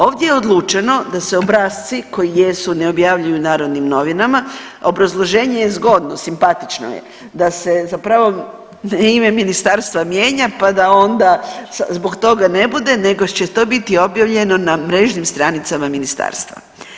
Ovdje je odlučeno da se obrasci koji jesu ne objavljuju u Narodnim novinama, obrazloženje je zgodno, simpatično je, da se zapravo ime ministarstva mijenja pa da onda zbog toga ne bude nego će to biti objavljeno na mrežnim stranicama ministarstva.